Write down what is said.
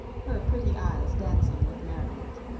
her pretty eyes dancing with merriment.